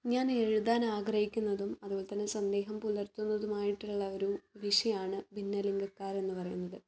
ഞാൻ എഴുതാനാഗ്രഹിക്കുന്നതും അതുപോലെ തന്നെ സന്ദേഹം പുലർത്തുന്നതുമായിട്ടുള്ള ഒരു വിഷയമാണ് ഭിന്നലിംഗക്കാരെന്ന് പറയുന്നത്